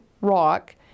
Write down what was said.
rock